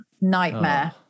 nightmare